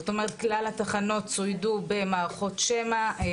זאת אומרת כלל התחנות צוידו במערכות שמע,